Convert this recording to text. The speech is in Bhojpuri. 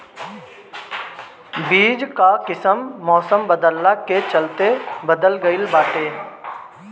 बीज कअ किस्म मौसम बदलला के चलते बदल गइल बाटे